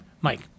Mike